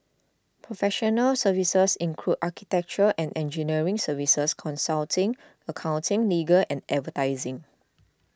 professional services include architecture and engineering services consulting accounting legal and advertising